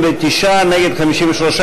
מי נגד ההסתייגות?